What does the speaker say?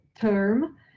term